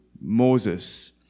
Moses